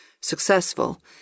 Successful